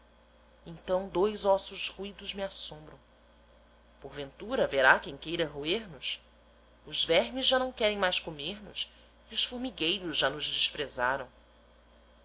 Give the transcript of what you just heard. então dois ossos roídos me assombram por ventura haverá quem queira roer nos os vermes já não querem mais comer nos e os formigueiros já nos desprezaram